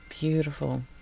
beautiful